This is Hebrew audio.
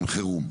חירום.